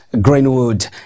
Greenwood